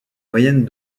moyenne